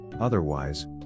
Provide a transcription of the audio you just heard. Otherwise